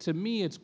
to me it's